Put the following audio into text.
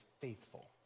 faithful